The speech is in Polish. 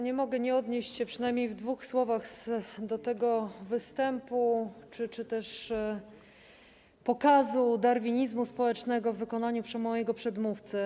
Nie mogę nie odnieść się przynajmniej w dwóch słowach do występu czy też pokazu darwinizmu społecznego w wykonaniu mojego przedmówcy.